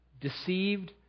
deceived